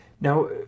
Now